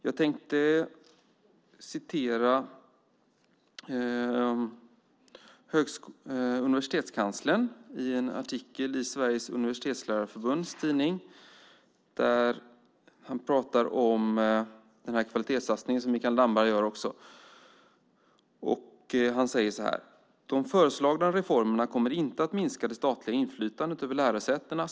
Jag vill läsa upp vad universitetskanslern i en artikel i Sveriges Universitetslärarförbunds tidning skriver om kvalitetssatsningen, som också Mikael Damberg talade om. Han säger så här: De föreslagna reformerna kommer inte att minska det statliga inflytandet över lärosätena.